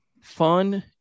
fun